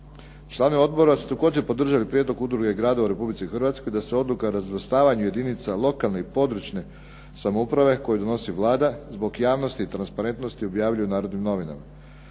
Članovi odbora su također podržali prijedlog udruge gradova u Republici Hrvatskoj da se odluka o razvrstavanju jedinica lokalne i područne samouprave, koje donosi Vlada, zbog javnosti i transparentnosti objavljuje u "Narodnim novinama".